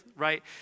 right